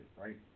right